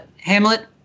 Hamlet